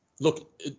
look –